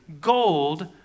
gold